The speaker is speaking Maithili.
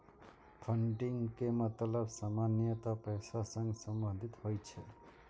फंडिंग के मतलब सामान्यतः पैसा सं संबंधित होइ छै